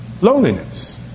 loneliness